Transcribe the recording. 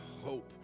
hope